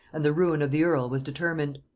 and the ruin of the earl was determined